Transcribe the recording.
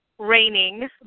raining